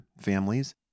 families